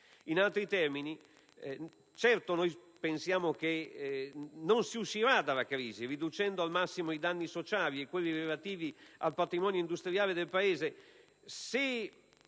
In altri termini, pensiamo che non si uscirà dalla crisi, riducendo al massimo i danni sociali e quelli relativi al patrimonio industriale del Paese,